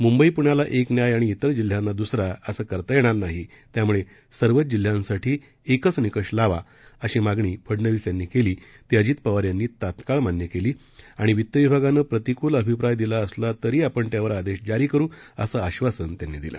मुंबई पृण्यालाएकन्यायआणिइतरजिल्ह्यांनाद्रसराअसंकरतायेणारनाही त्याम्ळेसर्वचजिल्ह्यांसाठीएकचनिकषलावावा अशीमागणीफडनवीसयांनीकेली तीअजितपवारयांनीतत्काळमान्यकेली आणिवितविभागानंप्रतिकूलअभिप्रायदिलाअसलातरीआपणत्यावरआदेशजारीकरू असंआश्वासनत्यांनीदिलं